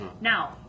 Now